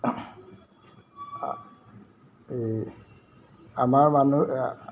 এই আমাৰ মানুহ